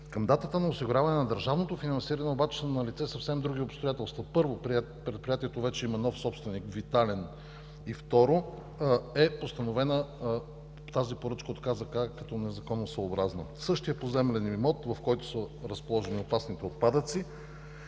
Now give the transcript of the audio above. Към датата на осигуряване на държавното финансиране обаче са налице съвсем други обстоятелства. Първо, предприятието вече има нов собственик, витален и второ, тази поръчка е постановена от КЗК като незаконосъобразна. Същият поземлен имот, в който са разположени опасните отпадъци,